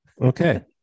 okay